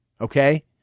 Okay